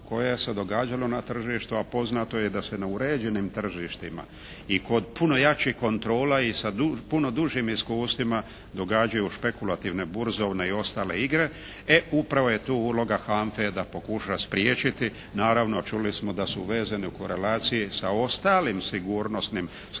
koje se događalo na tržištu, a poznato je da se na uređenim tržištima i kod puno jačih kontrola i sa puno dužim iskustvima događaju špekulativne burzovne i ostale igre. E upravo je tu uloga HANFA-e da pokuša spriječiti naravno čuli smo da su vezani u korelaciji sa ostalim sigurnosnim službama,